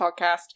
podcast